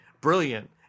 brilliant